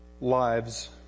lives